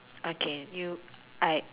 okay you I